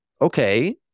Okay